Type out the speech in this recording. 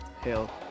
hell